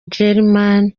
germain